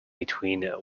between